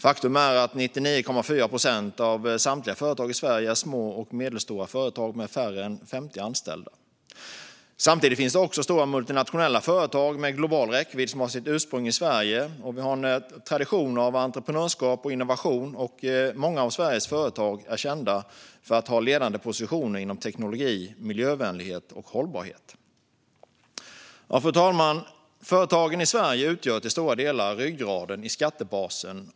Faktum är att 99,4 procent av samtliga företag i Sverige är små och medelstora företag med färre än 50 anställda. Samtidigt finns det också stora multinationella företag med global räckvidd som har sitt ursprung i Sverige. Vi har en tradition av entreprenörskap och innovation, och många av Sveriges företag är kända för att ha ledande positioner inom teknologi, miljövänlighet och hållbarhet. Fru talman! Företagen i Sverige utgör till stora delar ryggraden i skattebasen.